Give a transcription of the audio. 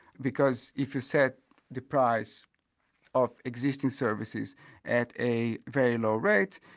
because if you set the price of existing services at a very low rate,